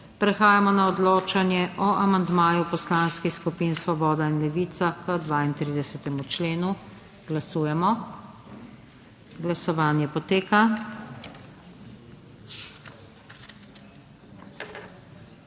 Prehajamo na odločanje o amandmaju Poslanskih skupin Svoboda in Levica k 63. členu. Glasujemo. Glasovanje poteka.